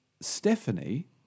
Stephanie